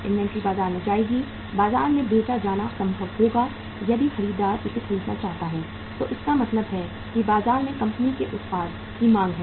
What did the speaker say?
inventory बाजार में जाएगी बाजार में बेचा जाना संभव होगा यदि खरीदार इसे खरीदना चाहता है तो इसका मतलब है कि बाजार में कंपनी के उत्पाद की मांग है